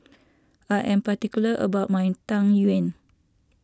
I am particular about my Tang Yuen